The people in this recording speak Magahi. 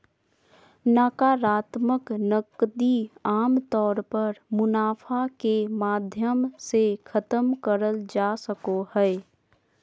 नाकरात्मक नकदी आमतौर पर मुनाफा के माध्यम से खतम करल जा सको हय